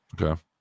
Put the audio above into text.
Okay